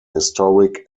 historic